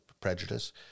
prejudice